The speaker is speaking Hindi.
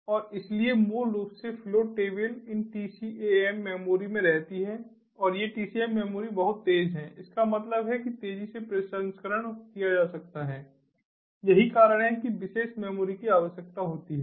और इसलिए मूल रूप से फ्लो टेबल इन TCAM मेमोरी में रहती हैं और ये TCAM मेमोरी बहुत तेज़ हैं इसका मतलब है कि तेजी से प्रसंस्करण किया जा सकता है यही कारण है कि विशेष मेमोरी की आवश्यकता होती है